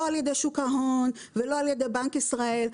לא על ידי שוק ההון ולא על ידי בנק ישראל.